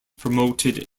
promoted